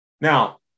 Now